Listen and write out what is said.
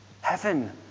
heaven